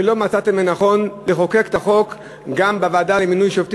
ולא מצאתם לנכון לחוקק את החוק גם בוועדה